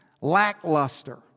lackluster